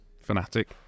fanatic